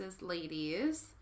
ladies